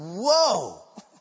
whoa